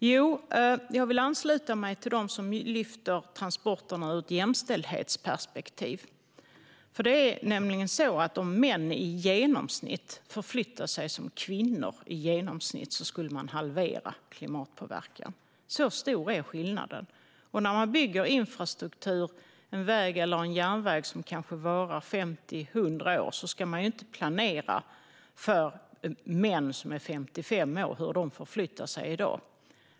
Jo, jag vill ansluta mig till dem som ser på transporterna ur ett jämställdhetsperspektiv. Om män i genomsnitt skulle förflytta sig som kvinnor skulle man halvera klimatpåverkan. Så stor är skillnaden. När man bygger infrastruktur som kanske kommer att hålla 50-100 år, till exempel en väg eller en järnväg, ska man inte planera med tanke på hur män som är 55 år förflyttar sig i dag.